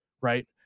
right